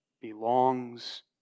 belongs